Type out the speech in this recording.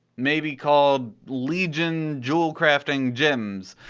maybe called legion jewelcrafting gems,